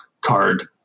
card